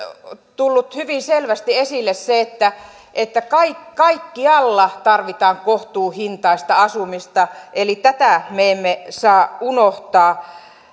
tullut hyvin selvästi esille se että että kaikkialla tarvitaan kohtuuhintaista asumista eli tätä me emme saa unohtaa